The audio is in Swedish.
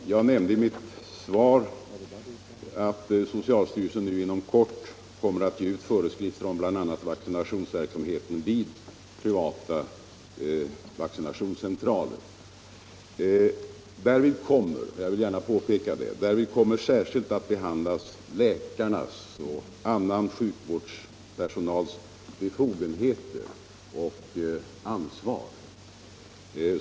Herr talman! Jag nämnde i mitt svar att socialstyrelsen inom kort Om åtgärder för att kommer att ge ut föreskrifter om bl.a. vaccinationsverksamheten vid förbättra situatioprivata vaccinationscentraler. Därvid kommer — jag vill gärna påpeka nen inom folktanddet — särskilt att behandlas läkarnas och annan sjukvårdspersonals be = vården fogenheter och ansvar.